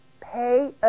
Pay